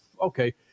okay